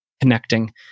connecting